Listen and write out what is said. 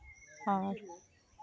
ᱟᱨ